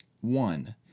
One